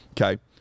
Okay